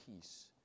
peace